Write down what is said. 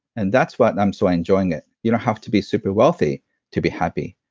and that's what i'm so enjoying it. you don't have to be super wealthy to be happy,